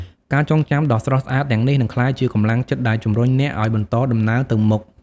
ការចងចាំដ៏ស្រស់ស្អាតទាំងនេះនឹងក្លាយជាកម្លាំងចិត្តដែលជំរុញអ្នកឱ្យបន្តដំណើរទៅមុខ។